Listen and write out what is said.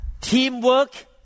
Teamwork